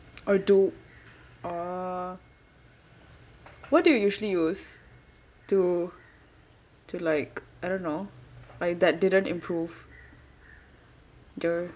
or do orh what do you usually use to to like I don't know like that didn't improve the